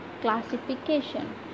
classification